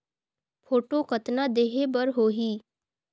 Photo कतना देहें बर होहि?